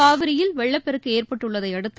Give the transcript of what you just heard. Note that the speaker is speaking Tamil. காவிரியில் வெள்ளப்பெருக்கு ஏற்பட்டுள்ளதையடுத்து